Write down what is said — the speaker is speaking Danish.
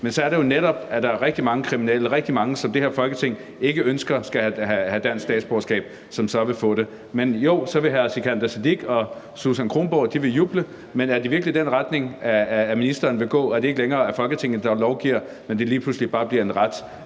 Men så er det jo netop, at der er rigtig mange kriminelle, rigtig mange, som det her Folketing ikke ønsker skal have dansk statsborgerskab, som så vil få det. Men jo, så vil hr. Sikandar Siddique og fru Susan Kronborg juble, men er det virkelig den retning, ministeren vil gå, så det ikke længere er Folketinget, der lovgiver, men det bare lige pludselig bliver en ret?